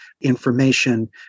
information